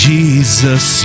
Jesus